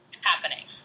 happening